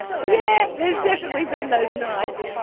yeah there's definitely been those nights.